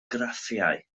graffiau